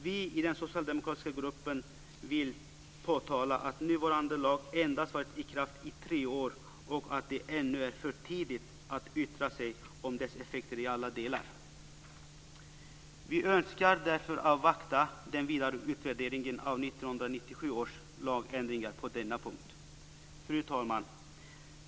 Vi i den socialdemokratiska gruppen vill påtala att nuvarande lag endast varit i kraft i tre år och att det ännu är för tidigt att yttra sig om dess effekter i alla delar. Vi önskar därför avvakta den vidare utvärderingen av 1997 års lagändringar på denna punkt. Fru talman!